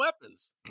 weapons